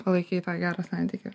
palaikyt tą gerą santykį